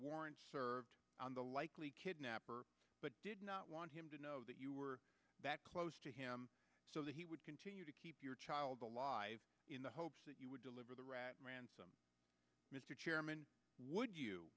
warrant served on the likely kidnapper but did not want him to know that you were that close to him so that he would continue to keep your child alive in the hopes that you would deliver the rat ransom mr chairman would you